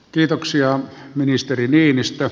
kiitoksia ministeri viinasta